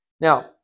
Now